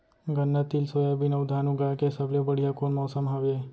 गन्ना, तिल, सोयाबीन अऊ धान उगाए के सबले बढ़िया कोन मौसम हवये?